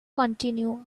continue